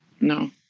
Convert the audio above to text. No